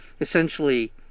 essentially